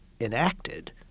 enacted